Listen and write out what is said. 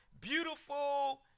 beautiful